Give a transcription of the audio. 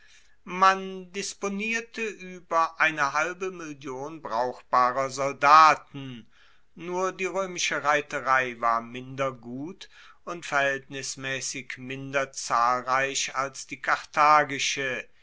man disponierte ueber eine halbe million brauchbarer soldaten nur die roemische reiterei war minder gut und verhaeltnismaessig minder zahlreich als die